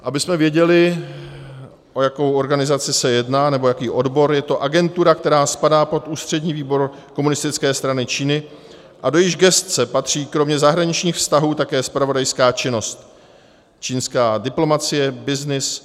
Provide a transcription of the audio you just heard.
Abychom věděli, o jakou organizaci se jedná, nebo jaký odbor, je to agentura, která spadá pod Ústřední výbor Komunistické strany Číny a do jejíž gesce patří kromě zahraničních vztahů také zpravodajská činnost, čínská diplomacie, byznys.